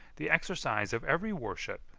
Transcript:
the exercise of every worship,